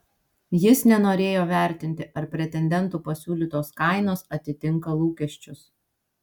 jis nenorėjo vertinti ar pretendentų pasiūlytos kainos atitinka lūkesčius